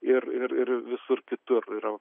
ir ir visur kitur yra